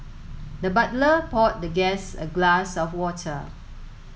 the butler poured the guest a glass of water